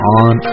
on